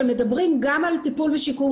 שמדברים גם על טיפול ושיקום.